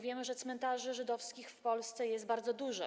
Wiemy, że cmentarzy żydowskich w Polsce jest bardzo dużo.